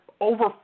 over